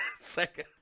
second